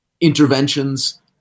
interventions